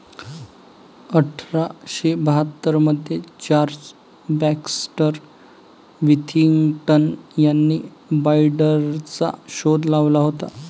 अठरा शे बाहत्तर मध्ये चार्ल्स बॅक्स्टर विथिंग्टन यांनी बाईंडरचा शोध लावला होता